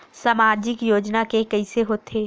सामाजिक योजना के कइसे होथे?